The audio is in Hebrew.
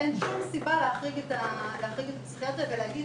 אין שום סיבה להחריג את הפסיכיאטריה ולהגיד